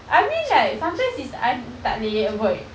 I mean like sometimes it's un~ tak boleh avoid